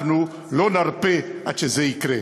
אנחנו לא נרפה עד שזה יקרה.